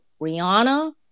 Rihanna